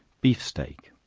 beef steak.